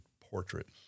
portrait